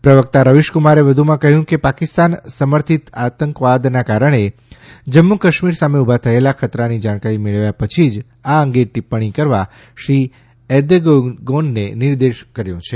પ્રવક્તા રવિશકુમારે વધુમાં કહ્યું છે કે પાકિસ્તાન સમર્થીત આંતકવાદના કારણે જમ્મુ કાશ્મીર સામે ઉભા થયેલા ખતરાનીં જાણકારી મેળવ્યા પછી જ આ અંગે ટીપ્પણી કરવા શ્રી એર્દેગોનને નિર્દેશ કર્યો છે